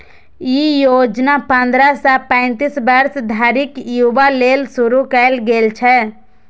ई योजना पंद्रह सं पैतीस वर्ष धरिक युवा लेल शुरू कैल गेल छै